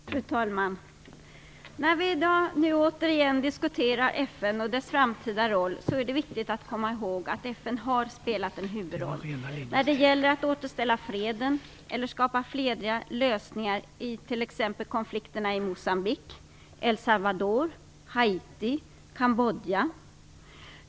Herr talman! När vi nu i dag återigen diskuterar FN och dess framtida roll är det viktigt att komma ihåg att FN har spelat en huvudroll när det gäller att återställa freden eller skapa fredliga lösningar i t.ex. Kambodja.